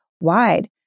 wide